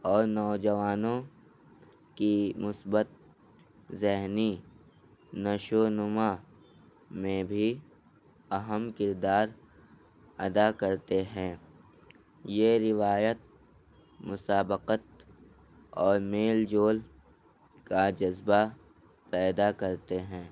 اور نوجوانوں کی مثبت ذہنی نشو و نما میں بھی اہم کردار ادا کرتے ہیں یہ روایت مسابقت اور میل جول کا جذبہ پیدا کرتے ہیں